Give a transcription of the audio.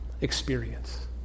experience